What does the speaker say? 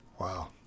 Wow